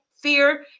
fear